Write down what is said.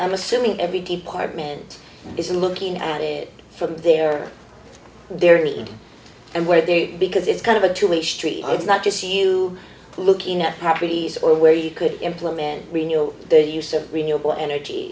i'm assuming every department is looking at it from there they're eating and where they are because it's kind of a two way street it's not just you looking at applebee's or where you could employ men we know their use of renewable energy